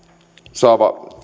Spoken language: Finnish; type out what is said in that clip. saa